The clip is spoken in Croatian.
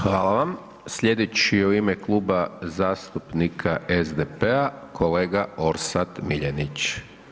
Hvala vam slijedeći u ime Kluba zastupnika SDP-a kolega Orsat Miljenić.